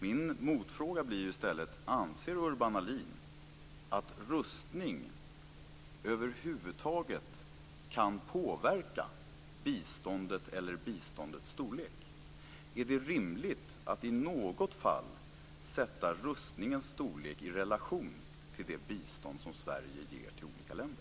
Min motfråga blir i stället: Anser Urban Ahlin att rustning över huvud taget kan påverka biståndet eller biståndets storlek? Är det rimligt att i något fall sätta rustningens storlek i relation till det bistånd som Sverige ger till olika länder?